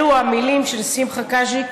אלו המילים של שמחה קאז'יק